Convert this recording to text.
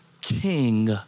King